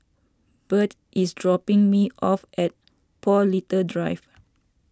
Byrd is dropping me off at Paul Little Drive